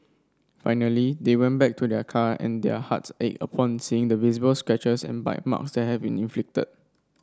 finally they went back to their car and their hearts ached upon seeing the visible scratches and bite marks that had been inflicted